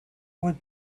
would